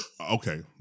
Okay